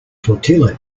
tortilla